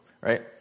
right